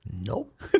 Nope